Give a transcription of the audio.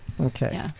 Okay